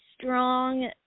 strong